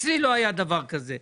אצלי לא היה דבר כזה.